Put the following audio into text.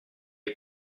est